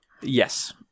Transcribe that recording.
Yes